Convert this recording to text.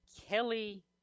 Kelly